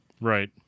Right